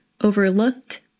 overlooked